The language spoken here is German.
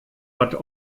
bad